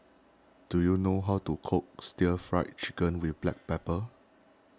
do you know how to cook Stir Fried Chicken with Black Pepper